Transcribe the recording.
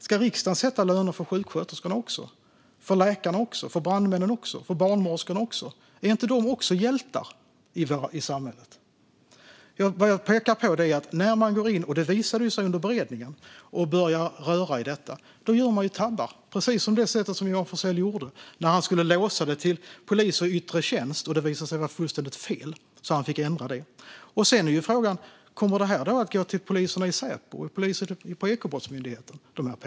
Ska riksdagen även sätta lönerna för sjuksköterskor, läkare, brandmän och barnmorskor? Är de inte också hjältar i samhället? När man går in och börjar röra i detta gör man tabbar, vilket visade sig under beredningen. Precis det gjorde Johan Forssell när han skulle låsa det till poliser i yttre tjänst och det visade sig vara fullständigt fel och han fick ändra det. Kommer dessa pengar att gå till poliser inom Säpo och på Ekobrottsmyndigheten?